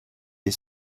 est